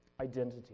identity